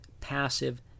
passive